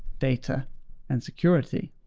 data and security.